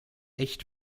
echt